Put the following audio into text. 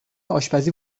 آشپزی